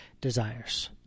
desires